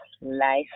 life